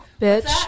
bitch